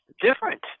different